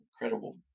incredible